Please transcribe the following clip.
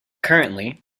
currently